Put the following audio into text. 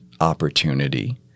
opportunity